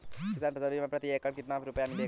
किसान फसल बीमा से प्रति एकड़ कितना रुपया मिलेगा?